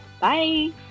Bye